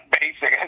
basic